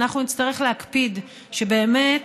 אנחנו נצטרך להקפיד שבאמת